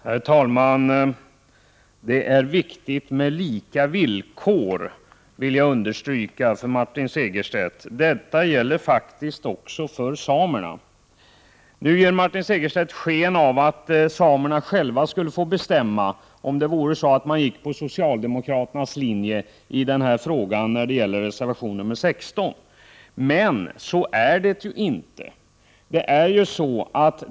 Herr talman! Jag vill för Martin Segerstedt understryka att det är viktigt med lika villkor. Detta gäller faktiskt också för samerna. Martin Segerstedt gör nu sken av att samerna själva skulle få bestämma om man går på socialdemokraternas linje i den fråga som behandlas i reservation 16. Men så är ju inte fallet.